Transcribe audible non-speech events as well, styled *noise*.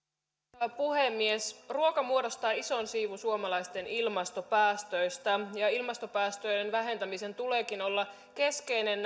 arvoisa puhemies ruoka muodostaa ison siivun suomalaisten ilmastopäätöistä ilmastopäästöjen vähentämisen tuleekin olla keskeinen *unintelligible*